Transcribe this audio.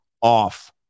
off